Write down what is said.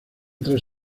tres